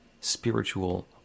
spiritual